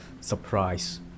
surprise